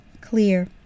Clear